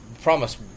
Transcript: promise